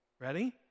Ready